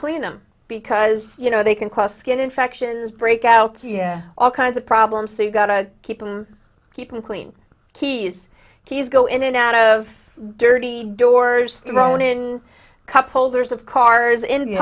clean them because you know they can cause skin infections break out all kinds of problems they got to keep them keep them clean keys keys go in and out of dirty doors thrown in cup holders of cars in your